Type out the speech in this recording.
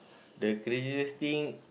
the craziest thing